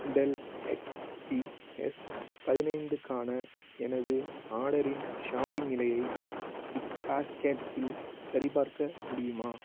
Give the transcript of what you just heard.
del X P S பதினைந்துக்கான எனது ஆர்டரின் ஷாப்பிங் நிலையை பிக்பாஸ்க்கெட்டில் சரிபார்க்க முடியுமா